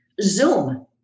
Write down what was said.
Zoom